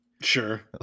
sure